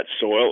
soil